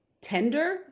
tender